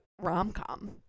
rom-com